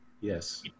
yes